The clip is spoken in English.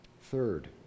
Third